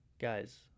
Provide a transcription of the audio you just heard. Guys